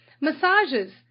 massages